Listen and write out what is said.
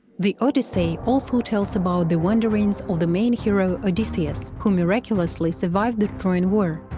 the odyssey also tells about the wanderings of the main hero odysseus, who miraculously survived the trojan war,